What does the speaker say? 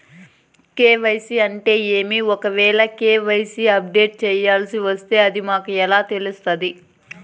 KYC అంటే ఏమి? ఒకవేల కె.వై.సి అప్డేట్ చేయాల్సొస్తే అది మాకు ఎలా తెలుస్తాది?